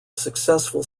successful